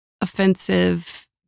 offensive